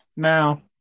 Now